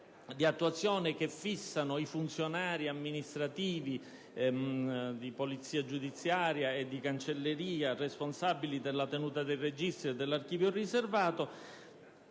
di attuazione che fissano i funzionari amministrativi di polizia giudiziaria e di cancelleria responsabili della tenuta dei registri e dell'archivio riservato.